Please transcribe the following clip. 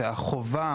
שהחובה,